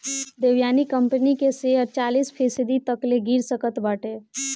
Devyani company के share चालीस फीसदी तकले गिर सकत बाटे